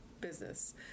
business